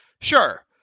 Sure